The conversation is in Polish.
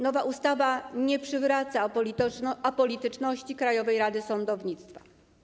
Nowa ustawa nie przywraca apolityczności Krajowej Rady Sądownictwa.